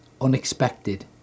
unexpected